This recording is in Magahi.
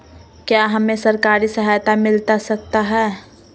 क्या हमे सरकारी सहायता मिलता सकता है?